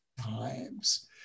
times